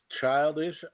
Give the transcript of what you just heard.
childish